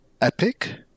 epic